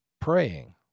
praying